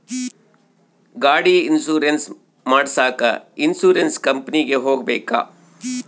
ಗಾಡಿ ಇನ್ಸುರೆನ್ಸ್ ಮಾಡಸಾಕ ಇನ್ಸುರೆನ್ಸ್ ಕಂಪನಿಗೆ ಹೋಗಬೇಕಾ?